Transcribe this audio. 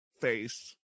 face